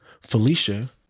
felicia